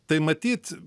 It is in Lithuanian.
tai matyt